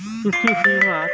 اس کی قیمت